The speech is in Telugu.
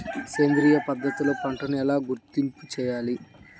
సేంద్రియ పద్ధతిలో పంటలు ఎలా గుర్తింపు చేయాలి?